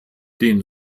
den